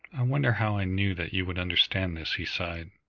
wonder how i knew that you would understand this, he sighed.